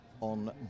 on